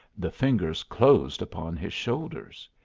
the fingers closed upon his shoulders.